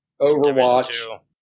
Overwatch